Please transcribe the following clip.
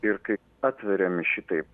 ir kai atveriami šitaip